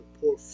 poor